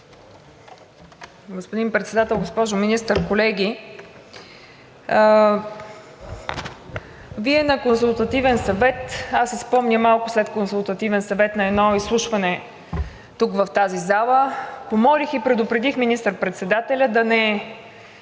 Господин Председател, госпожо Министър, колеги! Вие на Консултативен съвет, аз си спомням малко след Консултативен съвет, на едно изслушване тук в тази зала, помолих и предупредих министър-председателя да не